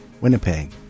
Winnipeg